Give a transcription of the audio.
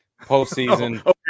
postseason